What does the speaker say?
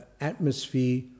atmosphere